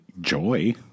joy